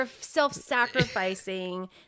self-sacrificing